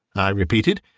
i repeated,